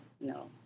no